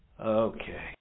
Okay